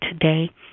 today